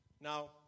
Now